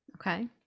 Okay